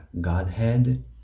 Godhead